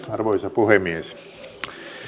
arvoisa puhemies